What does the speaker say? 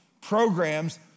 programs